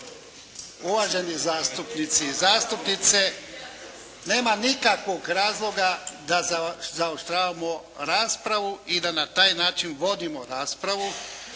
uvaženi zastupnici i zastupnice nema nikakvog razloga da zaoštravamo raspravu i da na taj način vodimo raspravu.